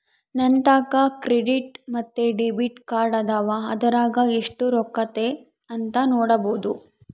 ನಂತಾಕ ಕ್ರೆಡಿಟ್ ಮತ್ತೆ ಡೆಬಿಟ್ ಕಾರ್ಡದವ, ಅದರಾಗ ಎಷ್ಟು ರೊಕ್ಕತೆ ಅಂತ ನೊಡಬೊದು